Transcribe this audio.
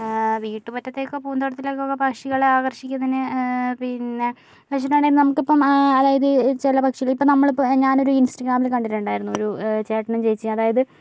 വീട്ടുമുറ്റത്തേക്കോ പൂന്തോട്ടത്തിലേക്കൊക്കെ പക്ഷികളെ അകർഷിക്കുന്നതിന് പിന്നെന്നെച്ച്ട്ട്ണ്ടങ്കില് നമ്മക്കിപ്പം അതായത് ചില പക്ഷികള് ഇപ്പോൾ നമ്മളിപ്പോ ഞാനൊര് ഇൻസ്റ്റാഗ്രാമില് കണ്ടിട്ട്ണ്ടായിരുന്നു ഒരു ചേട്ടനും ചേച്ചിയും അതായത്